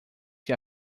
que